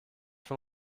von